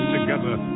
together